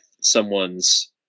someone's